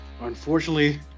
unfortunately